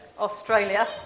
Australia